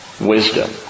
wisdom